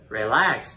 relax